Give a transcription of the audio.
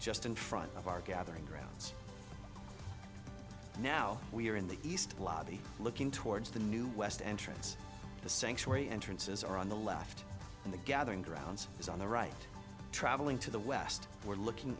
just in front of our gathering grounds now we are in the east lobby looking towards the new west entrance the sanctuary entrances are on the left and the gathering grounds is on the right traveling to the west we're looking